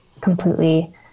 completely